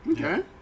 okay